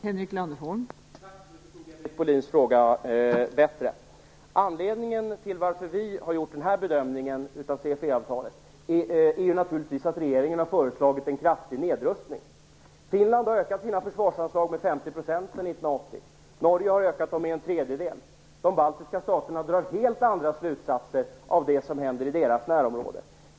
Fru talman! Nu förstod jag Britt Bohlins fråga bättre. Anledningen till att vi har gjort denna bedömning av CFE-avtalet är naturligtvis att regeringen har föreslagit en kraftig nedrustning. Finland har ökat sina försvarsanslag med 50 % sedan 1980. Norge har ökat sina med en tredjedel. De baltiska staterna drar helt andra slutsatser än den svenska regeringen av det som händer i deras närområde.